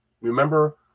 Remember